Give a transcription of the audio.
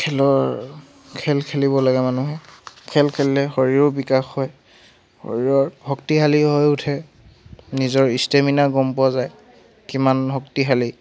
খেলৰ খেল খেলিব লাগে মানুহে খেল খেলিলে শৰীৰো বিকাশ হয় শৰীৰৰ শক্তিশালী হৈ উঠে নিজৰ ষ্টেমিনা গম পোৱা যায় কিমান শক্তিশালী